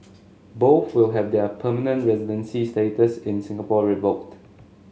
both will have their permanent residency status in Singapore revoked